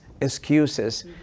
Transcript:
excuses